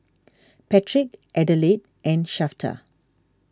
Patrick Adelaide and Shafter